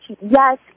yes